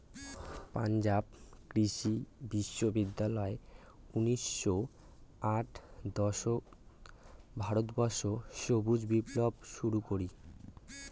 পাঞ্জাব কৃষি বিশ্ববিদ্যালয় উনিশশো ষাট দশকত ভারতবর্ষত সবুজ বিপ্লব শুরু করি